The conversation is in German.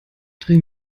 dreh